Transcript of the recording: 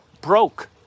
Broke